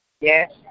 Yes